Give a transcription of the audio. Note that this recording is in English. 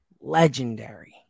legendary